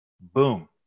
boom